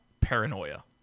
paranoia